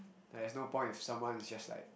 there's no point if someone is just like